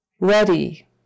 Ready